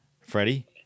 Freddie